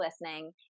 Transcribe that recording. listening